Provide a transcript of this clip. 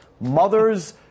mothers